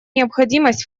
необходимость